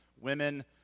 women